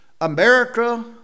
America